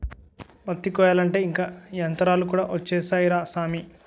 పత్తి కొయ్యాలంటే ఇంక యంతరాలు కూడా ఒచ్చేసాయ్ రా సామీ